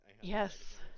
yes